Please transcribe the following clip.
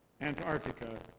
Antarctica